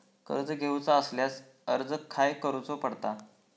कर्ज घेऊचा असल्यास अर्ज खाय करूचो पडता?